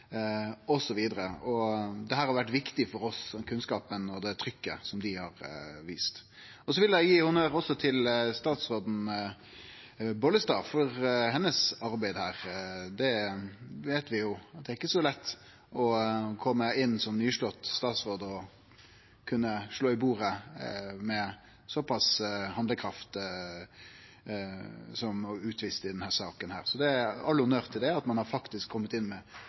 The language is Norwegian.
for arbeidet hennar her. Vi veit jo at det ikkje er så lett å kome inn som nyslått statsråd og kunne slå i bordet med såpass handlekraft som ho har vist i denne saka. Så all honnør til det – at ein faktisk er komen inn med